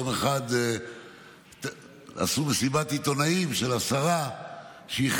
יום אחד עשו מסיבת עיתונאים של השרה ובה